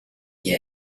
ihr